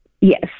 Yes